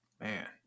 Man